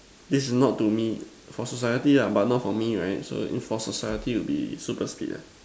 is not to me for society lah but not for me right so for society to be super speed